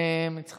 עמדה